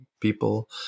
people